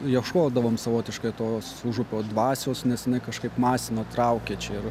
ieškodavom savotiškai tos užupio dvasios nes kažkaip masino traukė čia ir